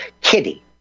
kitty